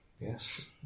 yes